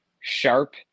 sharp